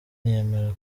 yemera